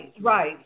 right